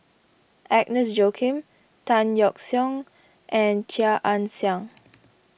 Agnes Joaquim Tan Yeok Seong and Chia Ann Siang